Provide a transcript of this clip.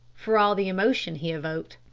for all the emotion he evoked.